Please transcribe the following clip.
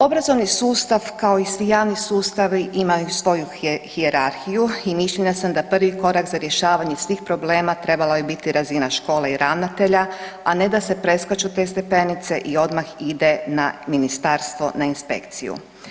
Obrazovni sustav kao i svi javni sustavi ima svoju hijerarhiju i mišljenja sam da prvi korak za rješavanje svih problema trebala bi biti razina škole i ravnatelja, a ne da se preskaču te stepenice i odmah ide na ministarstvo, na inspekciju.